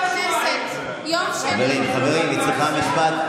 חברים, חברים, משפט לסיום.